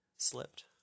Slipped